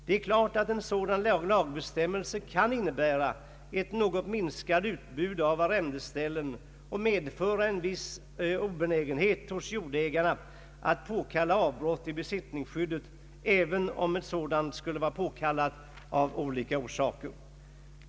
Det är klart att en sådan lagbestämmelse kan innebära ett något minskat utbud av arrendeställen och medföra en viss obenägenhet hos jordägarna att påkalla avbrott i besittningsskyddet även om ett sådant skulle vara önskvärt av olika orsaker.